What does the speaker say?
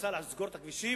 רצה לסגור את הכבישים,